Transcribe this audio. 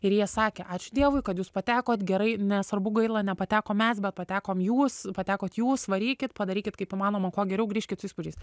ir jie sakė ačiū dievui kad jūs patekot gerai nesvarbu gaila nepatekom mes bet patekom jūs patekot jūs varykit padarykit kaip įmanoma kuo geriau grįžkit su įspūdžiais